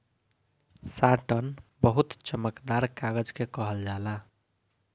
satin बहुत चमकदार कागज के कहल जाला